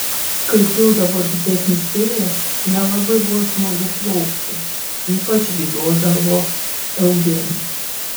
kai kildavo didesnis vėjas nelabai buvo smagu plaukti ypač bijodavo eugenija